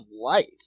life